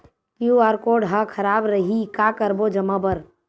QR code हा खराब रही का करबो जमा बर?